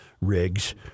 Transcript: Rigs